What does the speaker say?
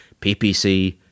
PPC